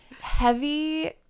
Heavy